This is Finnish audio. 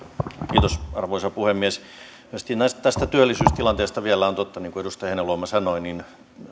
kiitos arvoisa puhemies tästä työllisyystilanteesta vielä on totta niin kuin edustaja heinäluoma sanoi